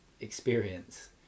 experience